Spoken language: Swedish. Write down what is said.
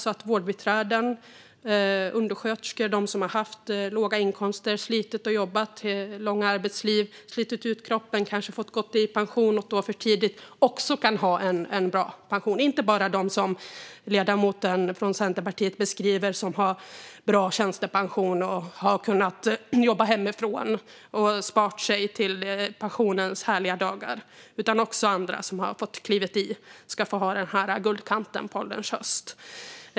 Så kan vårdbiträden, undersköterskor och de som har haft låga inkomster och slitit och jobbat i ett långt arbetsliv och kanske slitit ut kroppen och fått gå i pension för tidigt också få en bra pension. Det ska inte bara gälla dem som ledamoten från Centerpartiet beskriver - de som har bra tjänstepension, som har kunnat jobba hemifrån och som har sparat sig till pensionens härliga dagar. Också andra som har fått kämpa på ska få ha denna guldkant på ålderns höst.